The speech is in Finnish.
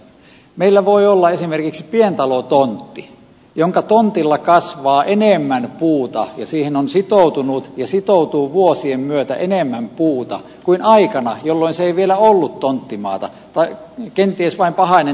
meillä voi olla esimerkiks pientalotontti jonka tontilla kasvaa enemmän puuta ja siihen on sitoutunut ja sitoutuu vuosien myötä enemmän puuta kuin aikana jolloin se ei vielä ollut tonttimaata vai kenties vain pahainen